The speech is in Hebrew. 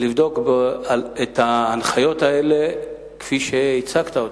לבדוק את ההנחיות האלה כפי שהצגת אותן.